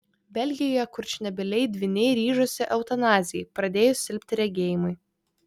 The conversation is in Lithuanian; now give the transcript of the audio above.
belgijoje kurčnebyliai dvyniai ryžosi eutanazijai pradėjus silpti regėjimui